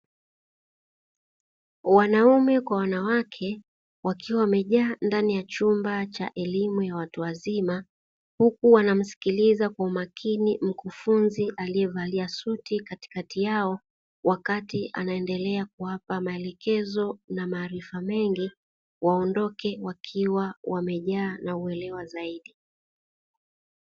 Wanaume kwa wanawake wakiwa wamejaa ndani ya chumba elimu ya watu wazima, huku wanamsikiliza kwa umakini mkufunzi aliyevalia suti katikati yao wakati anaendelea kuwapa maelekezo na maarifa mengi, waondoke wakiwa wamejaa na wameelewa zaidi.